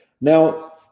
Now